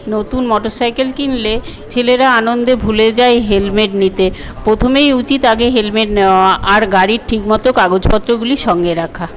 নতুন motorcycle কিনলে ছেলেরা আনন্দে ভুলে যায় হেলমেট নিতে প্রথমেই উচিত আগে হেলমেট নেওয়া আর গাড়ির ঠিকমতো কাগজপত্রগুলি সঙ্গে রাখা